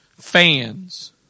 fans